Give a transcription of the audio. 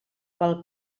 pel